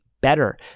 better